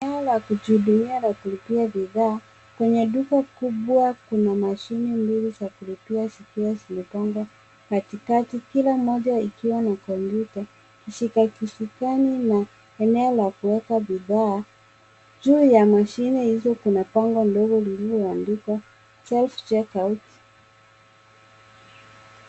Eneo la kijihudumia la kulipia bidhaa. Kwenye duka kubwa kuna mashine mbili za kulipia zikiwa zimepangwa katikati, kila moja ikiwa na kompyuta, kishika kisukani na eneo la kuweka bidhaa. Juu ya mashine hizo kuna bango ndefu lililoandikwa, self check out .